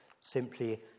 simply